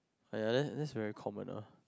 !aiya! that that's very common lah